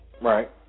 Right